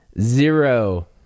zero